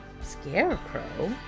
scarecrow